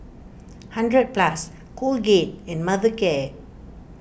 hundred Plus Colgate and Mothercare